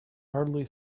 hardly